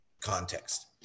context